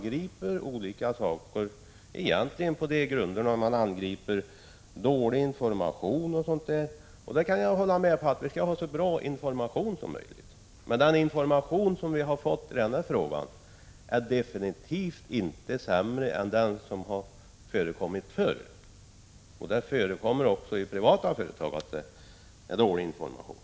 Det är egentligen på de grunderna de angriper olika saker, som t.ex. dålig information. Jag kan hålla med om att vi skall ha en så bra information som möjligt, men den information som vi har fått i den här frågan är definitivt inte sämre än den som har förekommit förr. Det händer också i privata företag att det är dålig information.